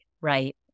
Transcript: right